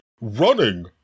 running